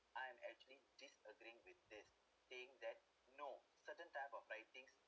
I'm actually disagreeing with this saying that no certain type of writings